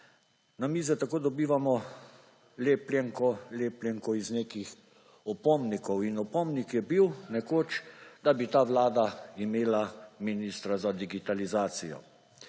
Na mize tako dobivamo lepljenko, lepljenko iz nekih opomnikov in opomnik je bil, nekoč, da bi ta Vlada imela ministra za digitalizacijo.